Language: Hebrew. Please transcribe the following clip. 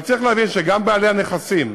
אבל צריך להבין שגם בעלי הנכסים,